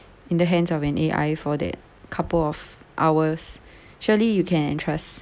in the hands of an A_I for that couple of hours surely you can entrust